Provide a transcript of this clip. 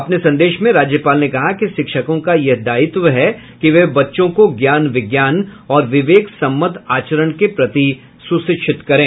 अपने संदेश में राज्यपाल ने कहा कि शिक्षकों का यह दायित्व है कि वे बच्चों को ज्ञान विज्ञान और विवेकसम्मत आचरण के प्रति सुशिक्षित करें